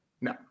No